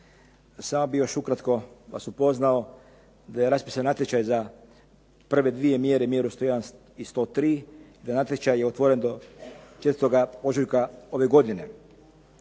Samo bih još ukratko vas upoznao da je raspisan natječaj za prve dvije mjere, mjeru 101 i 103, da je natječaj otvoren do 4. ožujka ove godine.